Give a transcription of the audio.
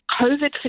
COVID